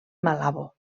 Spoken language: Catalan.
malabo